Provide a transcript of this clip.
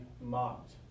mocked